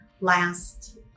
Last